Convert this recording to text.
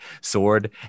sword